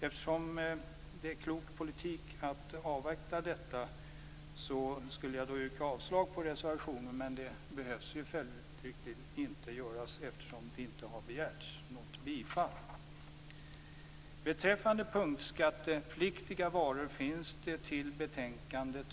Eftersom det är klok politik att avvakta denna redovisning, skulle jag yrka avslag på reservationen. Men det behöver ju inte göras eftersom det inte har yrkats något bifall. Beträffande punktskattepliktiga varor finns det två reservationer till betänkandet.